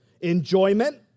enjoyment